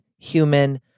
human